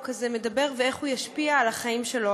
הזה מדבר ואיך הוא ישפיע על החיים שלו,